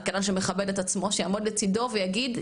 כלכלן שמכבד את עצמו שיעמוד לצידו ויגיד,